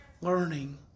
learning